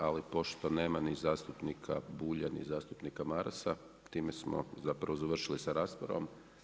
Ali pošto nema ni zastupnika Bulja, ni zastupnika Marasa time smo zapravo završili sa raspravom.